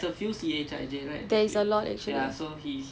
yeah yeah C_H_I_J sengkang err saint joseph's